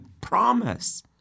promise